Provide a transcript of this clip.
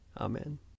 Amen